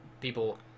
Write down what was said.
People